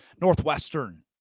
Northwestern